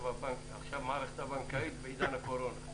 עכשיו המערכת הבנקאית בעידן הקורונה.